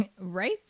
Right